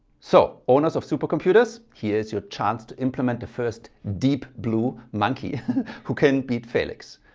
so owners of supercomputers here's your chance to implement the first deep blue monkey who can beat feliks,